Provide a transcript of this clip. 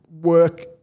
work